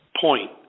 point